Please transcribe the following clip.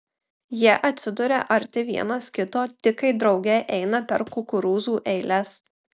jie atsiduria arti vienas kito tik kai drauge eina per kukurūzų eiles